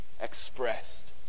expressed